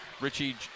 Richie